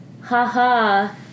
ha-ha